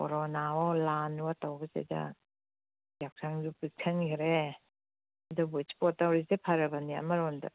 ꯀꯣꯔꯣꯅꯥꯋꯣ ꯂꯥꯟꯋꯣ ꯇꯧꯕꯁꯤꯗ ꯌꯥꯎꯁꯪꯁꯨ ꯄꯤꯛꯁꯤꯟꯈ꯭ꯔꯦ ꯑꯗꯨꯕꯨ ꯁ꯭ꯄꯣꯔꯠ ꯇꯧꯔꯤꯁꯦ ꯐꯔꯕꯅꯦ ꯑꯃꯔꯣꯝꯗ